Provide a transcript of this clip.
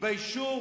התביישו